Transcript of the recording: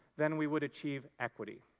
then we would achieve equity.